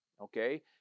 okay